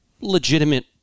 legitimate